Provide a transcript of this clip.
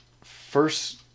first